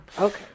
Okay